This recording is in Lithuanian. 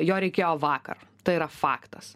jo reikėjo vakar tai yra faktas